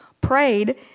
prayed